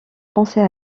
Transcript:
penser